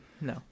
No